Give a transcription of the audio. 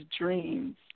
dreams